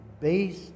based